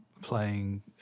playing